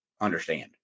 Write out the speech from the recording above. understand